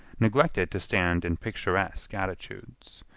neglected to stand in picturesque attitudes.